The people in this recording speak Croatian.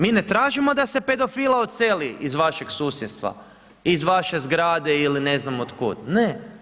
Mi ne tražimo da se pedofila odseli iz vašeg susjedstva, iz vaše zgrade ili ne znam od kud, ne.